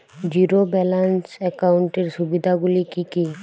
Zero balance একাউন্টের সুবিধা গুলি কি কি?